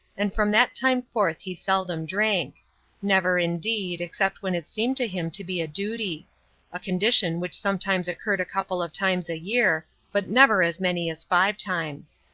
and from that time forth he seldom drank never, indeed, except when it seemed to him to be a duty a condition which sometimes occurred a couple of times a year, but never as many as five times.